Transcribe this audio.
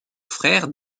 frère